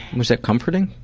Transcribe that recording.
was that comforting?